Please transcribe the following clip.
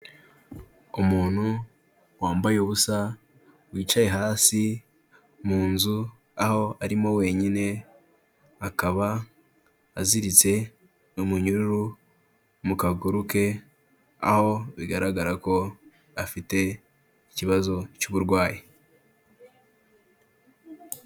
Umuntu wambaye ubusa, wicaye hasi mu nzu aho arimo wenyine, akaba aziritse umunyururu mu kaguruke, aho bigaragara ko afite ikibazo cy'uburwayi.